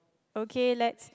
okay let's